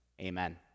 Amen